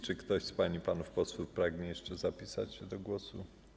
Czy ktoś z pań i panów posłów pragnie jeszcze zapisać się do głosu?